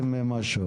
מסירה.